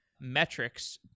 metrics